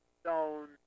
stone